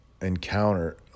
encounter